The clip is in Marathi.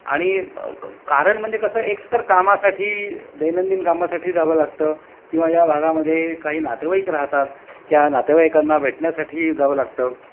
आणि कारण म्हणजे कसं एकतर कामासाठी दैनंदिन कामासाठी जावं लागतं किंवा या भागामध्ये काही नातेवाईक राहतात त्या नातेवाईकांना भेटण्यासाठी जावं लागतं